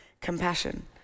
compassion